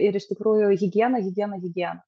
ir iš tikrųjų higiena higiena higiena